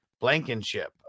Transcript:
Blankenship